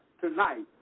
tonight